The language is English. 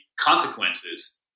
consequences